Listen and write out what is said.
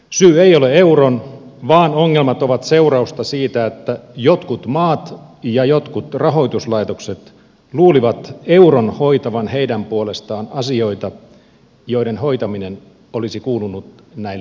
syy ei ole euron vaan ongelmat ovat seurausta siitä että jotkut maat ja jotkut rahoituslaitokset luulivat euron hoitavan heidän puolestaan asioita joiden hoitaminen olisi kuulunut näille itselleen